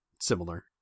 similar